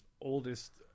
oldest